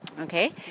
Okay